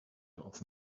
often